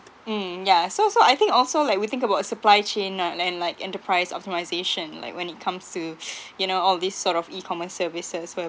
mm yeah so so I think also like we think about supply chain lah and like enterprise optimisation like when it comes to you know all these sort of e-commerce services for your